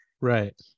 Right